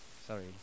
sorry